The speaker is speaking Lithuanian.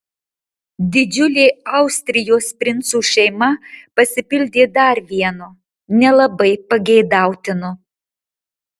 didžiulė austrijos princų šeima pasipildė dar vienu nelabai pageidautinu